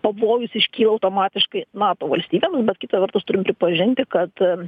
pavojus iškyla automatiškai nato valstybėms bet kita vertus turim pripažinti kad